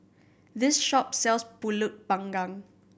this shop sells Pulut Panggang